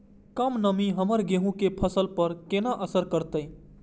कम नमी हमर गेहूँ के फसल पर केना असर करतय?